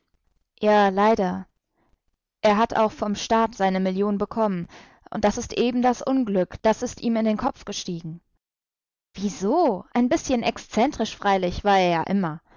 ja leider er hat auch vom staat seine million bekommen und das ist eben das unglück das ist ihm in den kopf gestiegen wieso ein bißchen exzentrisch freilich war er ja immer